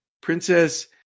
Princess